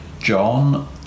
John